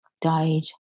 died